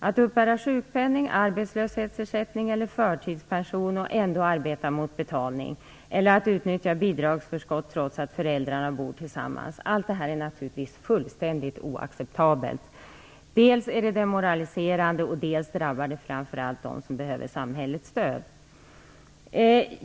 Att uppbära sjukpenning, arbetslöshetsersättning eller förtidspension och samtidigt arbeta mot betalning eller att utnyttja bidragsförskott trots att båda föräldrarna bor tillsammans är naturligtvis fullständigt oacceptabelt. Dels är det demoraliserande, dels drabbar det framför allt dem som behöver samhällets stöd.